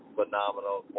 Phenomenal